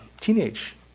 teenage